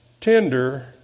tender